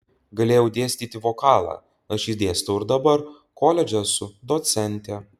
galėjau dėstyti vokalą aš jį dėstau ir dabar koledže esu docentė